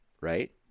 Right